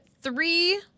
three